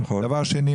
שנית,